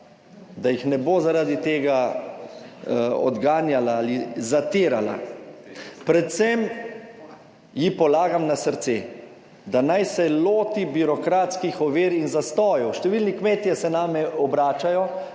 da jih ne bo zaradi tega odganjala ali zatirala. Predvsem ji polagam na srce, da naj se loti birokratskih ovir in zastojev. Številni kmetje se name obračajo,